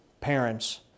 parents